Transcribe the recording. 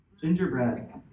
Gingerbread